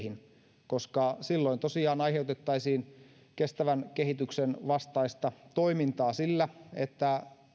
louhittuihin tonneihin koska silloin tosiaan aiheutettaisiin kestävän kehityksen vastaista toimintaa sillä että